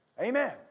Amen